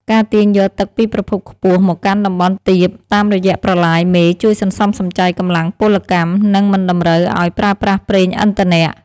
ការទាញយកទឹកពីប្រភពខ្ពស់មកកាន់តំបន់ទាបតាមរយៈប្រឡាយមេជួយសន្សំសំចៃកម្លាំងពលកម្ម និងមិនតម្រូវឱ្យប្រើប្រាស់ប្រេងឥន្ធនៈ។